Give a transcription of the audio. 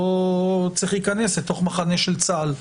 או שצריך להיכנס לתוך מחנה של צה"ל.